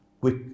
quick